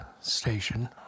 station